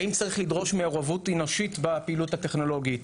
האם צריך לדרוש מעורבות אנושית בפעילות הטכנולוגית?